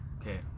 okay